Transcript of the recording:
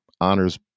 honors